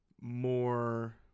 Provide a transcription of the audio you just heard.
more